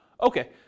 okay